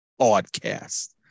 Podcast